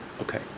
Okay